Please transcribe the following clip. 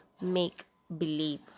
make-believe